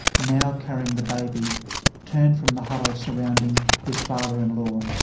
now carrying the baby turned from the huddle surrounding his father-in-law.